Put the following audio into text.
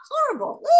horrible